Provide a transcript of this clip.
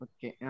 Okay